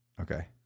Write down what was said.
Okay